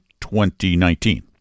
2019